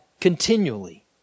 continually